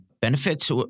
benefits